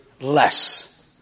less